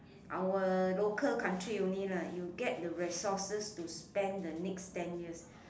our local country only lah you get the resources to spend the next ten years